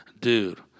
Dude